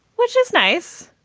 which is nice.